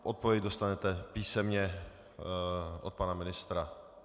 Odpověď dostanete písemně od pana ministra.